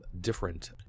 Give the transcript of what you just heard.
different